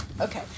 Okay